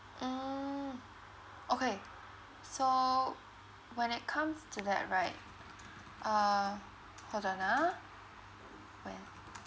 mm okay so when it comes to that right uh hold on ah when